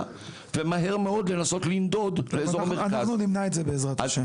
ומהר מאוד לנסות לנדוד לאזור המרכז- - אנחנו נמנע את זה בעזרת ה'.